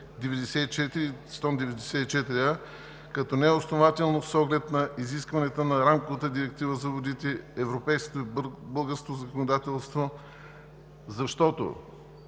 като неоснователно, с оглед на изискванията на Рамковата директива за водите, европейското и българското законодателство, защото